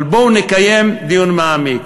אבל בואו נקיים דיון מעמיק.